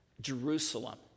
Jerusalem